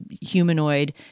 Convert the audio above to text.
humanoid